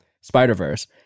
Spider-Verse